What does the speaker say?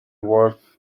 wharf